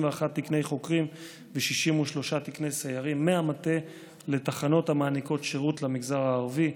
תקני חוקרים ו-63 תקני סיירים מהמטה לתחנות המעניקות שירות למגזר הערבי.